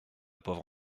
pauvre